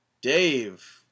dave